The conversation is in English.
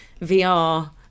VR